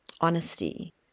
honesty